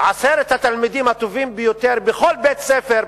עשרת התלמידים הטובים ביותר בכל בית-ספר,